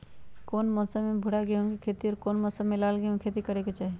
कौन मौसम में भूरा गेहूं के खेती और कौन मौसम मे लाल गेंहू के खेती करे के चाहि?